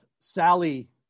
Sally